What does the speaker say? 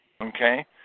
Okay